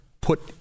put